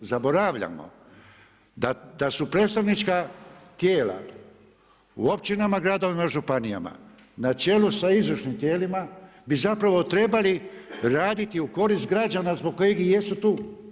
Zaboravljamo da su predstavnička tijela u općinama, gradovima i županijama na čelu sa izvršnim tijela bi zapravo trebali raditi u korist građana zbog kojih i jesu tu.